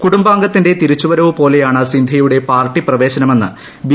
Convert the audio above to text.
കുടുംബാംഗത്തിന്റെ് തിരിച്ചു വരവ് പോലെയാണ് സിന്ധ്യയുടെ പാർട്ടി പ്രവേശനമെന്ന് ബി